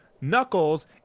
Knuckles